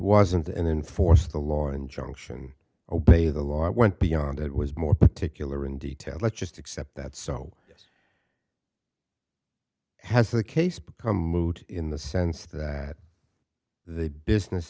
wasn't to enforce the law injunction obey the law it went beyond it was more particular in detail let's just accept that so this has the case become moot in the sense that the business